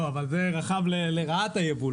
זה רחב לרעת היבוא.